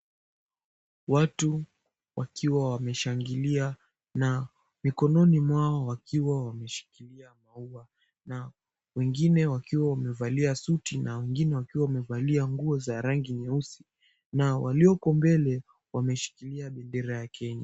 Watu wakiwa wameshangilia na mikononi mwao wakiwa wameshikilia maua na wengine wakiwa wamevalia suti na wengine wakiwa wamevalia nguo za rangi nyeusi na walioko mbele wameshikilia bendera ya kenya.